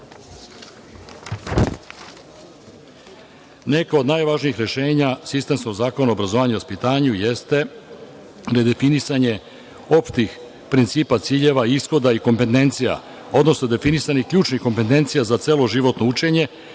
od najvažnijih rešenja sistemskog zakona o vaspitanju su nedefinisanje opštih principa, ciljeva, ishoda i kompentencija, odnosno definisanje ključnih kompentencija za celo životno učenje